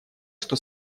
что